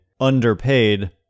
underpaid